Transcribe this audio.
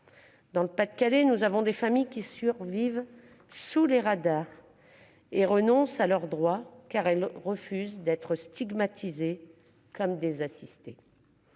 Dans le Pas-de-Calais, des familles survivent sous les radars et renoncent à leurs droits, car elles refusent d'être stigmatisées et considérées